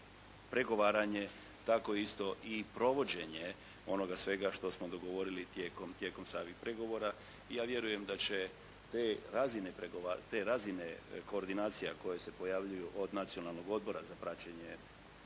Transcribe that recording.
pregovaranje tako isto i provođenje onoga svega što smo dogovorili tijekom samih pregovora. I ja vjerujem da će te razine koordinacija koje se pojavljuju od Nacionalnog odbora za praćenje